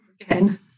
Again